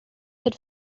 had